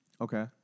Okay